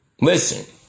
Listen